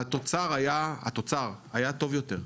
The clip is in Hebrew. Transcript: התוצר היה טוב יותר,